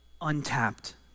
untapped